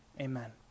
Amen